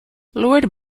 lord